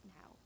now